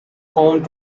home